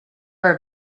her